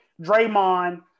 Draymond